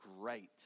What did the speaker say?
great